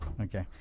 Okay